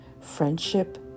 friendship